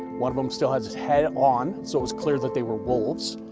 one of them still had it's head on, so it was clear that they were wolves.